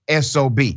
SOB